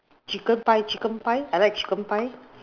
chicken pie chicken pie I like chicken pie